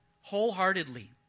wholeheartedly